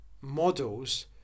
models